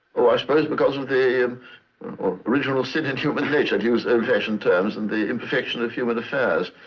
ah i suppose because of the um of the original sin in human nature to use old fashioned terms, and the imperfection of human affairs.